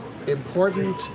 important